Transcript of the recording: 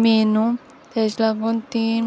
मैनू तेज लागोन तीं